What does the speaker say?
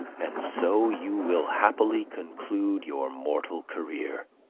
and so you will happily conclude your mortal career.